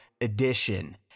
edition